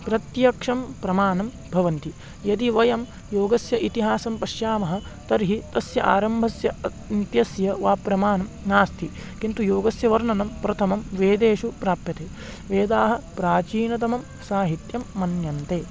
प्रत्यक्षं प्रमाणं भवति यदि वयं योगस्य इतिहासं पश्यामः तर्हि तस्य आरम्भस्य अन्त्यस्य वा प्रमाणं नास्ति किन्तु योगस्य वर्णनं प्रथमं वेदेषु प्राप्यते वेदाः प्राचीनतमं साहित्यं मन्यन्ते